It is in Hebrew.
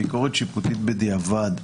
ביקורת שיפוטית בדיעבד,